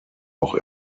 auch